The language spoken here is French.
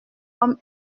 comme